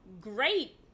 great